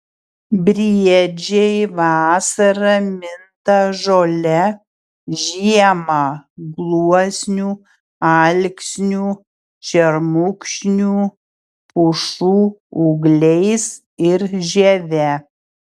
briedžiai vasarą minta žole žiemą gluosnių alksnių šermukšnių pušų ūgliais ir žieve